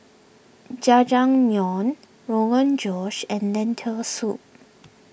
Jajangmyeon Rogan Josh and Lentil Soup